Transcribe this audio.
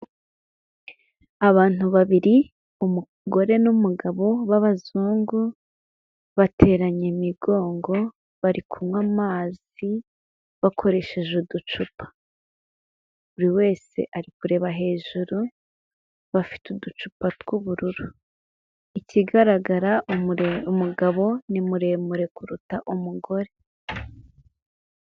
Abantu babiri umugore n'umugabo b'abazungu, bateranye imigongo bari kunywa amazi bakoresheje uducupa, buri wese ari kureba hejuru, bafite uducupa tw'ubururu, ikigaragara umugabo ni muremure kuruta umugore.